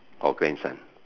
or grandson